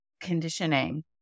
conditioning